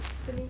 apa ni